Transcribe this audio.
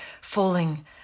falling